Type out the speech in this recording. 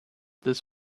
this